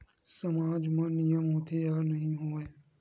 सामाज मा नियम होथे या नहीं हो वाए?